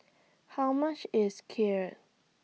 How much IS Kheer